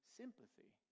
sympathy